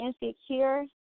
insecure